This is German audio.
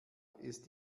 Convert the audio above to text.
ist